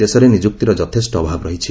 ଦେଶରେ ନିଯୁକ୍ତିର ଯଥେଷ୍ଟ ଅଭାବ ରହିଛି